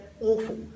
awful